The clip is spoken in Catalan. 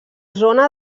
zona